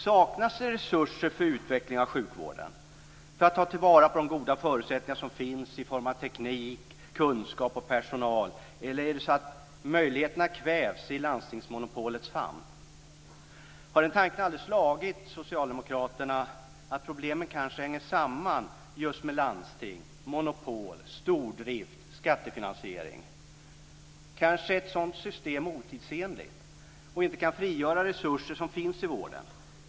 Saknas det resurser för utveckling av sjukvården och för att man ska kunna ta till vara på de goda förutsättningar som finns i form av teknik, kunskap och personal? Eller kvävs möjligheterna i landstingsmonopolets famn? Har det aldrig slagit socialdemokraterna att problemen kanske hänger samman just med landsting, monopol, stordrift och skattefinansiering? Ett sådant här system är kanske otidsenligt och kan kanske inte frigöra resurser som finns i vården.